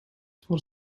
for